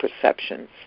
perceptions